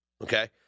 Okay